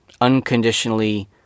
unconditionally